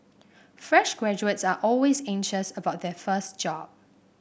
fresh graduates are always anxious about their first job